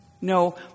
No